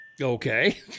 okay